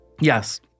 Yes